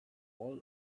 all